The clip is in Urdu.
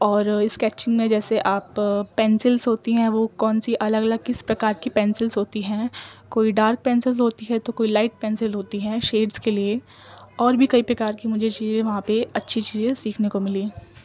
اور اسکیچنگ میں جیسے آپ پینسلس ہوتی ہیں وہ کون سی الگ الگ کس پرکار کی پینسلس ہوتی ہیں کوئی ڈارک پینسلس ہوتی ہے تو کوئی لائٹ پینسل ہوتی ہیں شیڈس کے لیے اور بھی کئی پرکار کی مجھے چیزیں وہاں پہ اچھی چیزیں سیکھنے کو ملیں